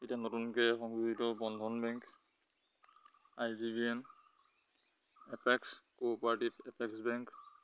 এতিয়া নতুনকে সংযোজিত বন্ধন বেংক আই জ বি এন এপেক্স কোপাৰেটিভ এপেক্স বেংক